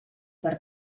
per